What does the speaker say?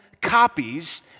copies